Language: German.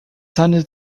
handelt